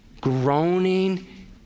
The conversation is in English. groaning